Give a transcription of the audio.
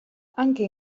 anche